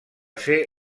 ser